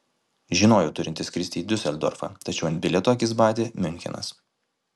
žinojau turinti skristi į diuseldorfą tačiau ant bilieto akis badė miunchenas